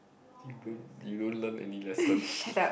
you don~ you don't learn any lesson